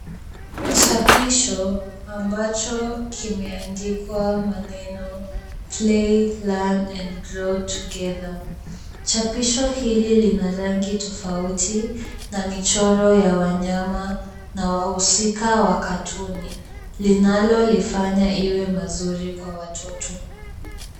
Chapisho ambacho kimeandikwa maneno, clay learn and grow together . Chapisho hili lina rangi tofauti na michoro ya wanyama na wahusika wa katuni linalilifanya iwe mazuri kwa watoto.